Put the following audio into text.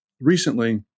recently